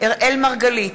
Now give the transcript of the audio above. אראל מרגלית,